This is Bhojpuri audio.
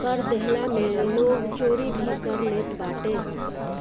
कर देहला में लोग चोरी भी कर लेत बाटे